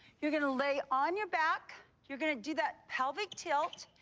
you're gonna lay on your back. you're gonna do that pelvic tilt.